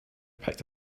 picked